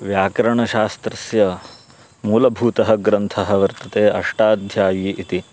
व्याकरणशास्त्रस्य मूलभूतः ग्रन्थः वर्तते अष्टाध्यायी इति